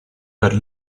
per